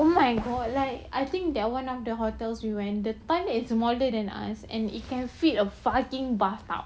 oh my god like I think that one of the hotels we went the time is smaller than us and it can fit a fucking bathtub